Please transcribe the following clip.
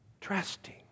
trusting